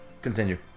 continue